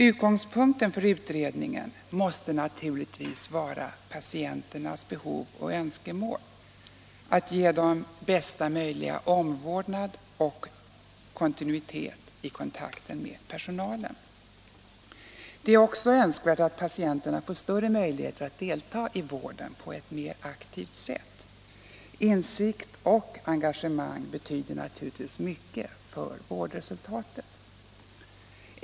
Utgångspunkt för utred ningen måste naturligtvis vara patienternas behov och önskemål — att ge dem bästa möjliga omvårdnad och kontinuitet i kontakten med personalen. Det är också önskvärt att patienterna får större möjlighet att delta i vården på ett mer aktivt sätt. Insikt och engagemang betyder naturligtvis mycket för vårdresultatet.